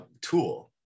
tool